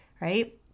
right